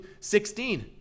16